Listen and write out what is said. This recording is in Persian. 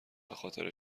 بخاطر